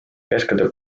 käskude